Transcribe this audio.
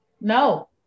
No